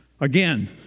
Again